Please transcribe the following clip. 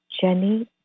Jenny